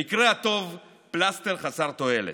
במקרה הטוב, פלסטר חסר תועלת.